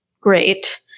great